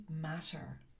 matter